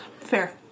Fair